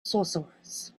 sorcerers